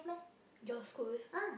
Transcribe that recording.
your school